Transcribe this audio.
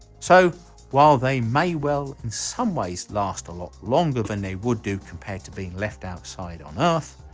so while they may well in some ways last a lot longer than they would do compared to being left outside on earth,